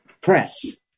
press